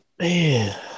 man